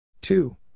two